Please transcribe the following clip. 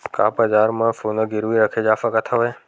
का बजार म सोना गिरवी रखे जा सकत हवय?